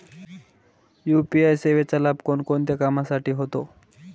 UPI सेवेचा लाभ कोणकोणत्या कामासाठी होतो?